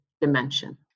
dimension